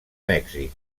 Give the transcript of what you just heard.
mèxic